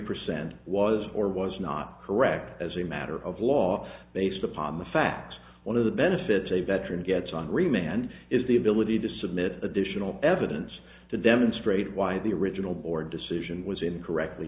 percent was or was not correct as a matter of law based upon the facts one of the benefits a veteran gets on remand is the ability to submit additional evidence to demonstrate why the original board decision was incorrectly